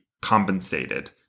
compensated